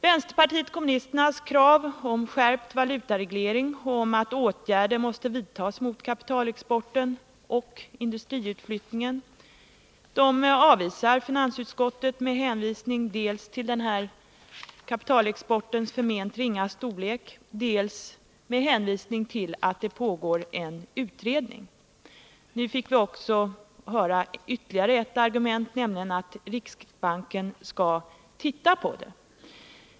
Vänsterpartiet kommunisternas krav på skärpt valutareglering och på att åtgärder måste vidtas mot kapitalexporten och industriutflyttningen avvisar finansutskottet med hänvisning dels till kapitalexportens förment ringa storlek, dels till att en utredning pågår. Nu fick vi höra ytterligare ett argument, nämligen att riksbanken skall ”titta” på det.